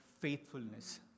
faithfulness